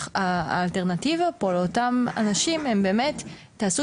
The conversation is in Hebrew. האלטרנטיבה פה לאותם אנשים היא באמת תעשו